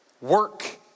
Work